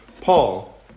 Paul